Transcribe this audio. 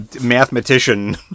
mathematician